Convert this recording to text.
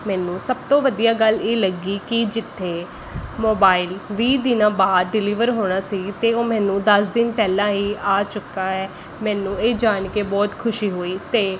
ਮੈਨੂੰ ਸਭ ਤੋਂ ਵਧੀਆ ਗੱਲ ਇਹ ਲੱਗੀ ਕਿ ਜਿੱਥੇ ਮੋਬਾਈਲ ਵੀਹ ਦਿਨਾਂ ਬਾਅਦ ਡਿਲਵਰ ਹੋਣਾ ਸੀ ਅਤੇ ਉਹ ਮੈਨੂੰ ਦਸ ਦਿਨ ਪਹਿਲਾਂ ਹੀ ਆ ਚੁੱਕਾ ਹੈ ਮੈਨੂੰ ਇਹ ਜਾਣ ਕੇ ਬਹੁਤ ਖੁਸ਼ੀ ਹੋਈ ਅਤੇ